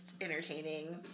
entertaining